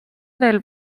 del